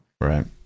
Right